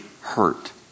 hurt